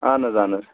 اہن حظ اہن حظ